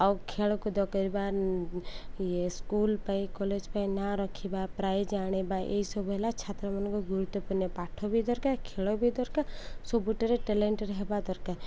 ଆଉ ଖେଳକୁଦ କରିବା ଇଏ ସ୍କୁଲ ପାଇଁ କଲେଜ ପାଇଁ ନାଁ ରଖିବା ପ୍ରାଇଜ ଆଣିବା ଏଇସବୁ ହେଲା ଛାତ୍ରମାନଙ୍କ ଗୁରୁତ୍ୱପୂର୍ଣ୍ଣ ପାଠ ବି ଦରକାର ଖେଳ ବି ଦରକାର ସବୁଠାରେ ଟ୍ୟାଲେଣ୍ଟ ରହିବା ଦରକାର